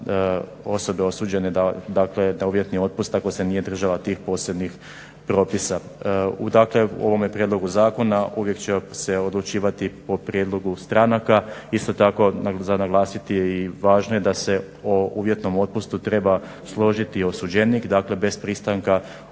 osobe osuđene dakle da uvjetni otpust ako se nije držala tih posebnih propisa. U dakle, ovome prijedlogu zakona uvijek će se odlučivati po prijedlogu stranaka. Isto tako za naglasiti je i važno je da se o uvjetnom otpustu treba složiti osuđenik, dakle bez pristanka